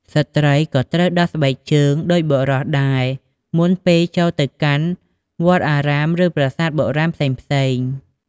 ស្ត្រីក៏ត្រូវដោះស្បែកជើងដូចបុរសដែរមុនពេលចូលទៅកាន់វត្តអារាមឬប្រសាទបុរាណផ្សេងៗ។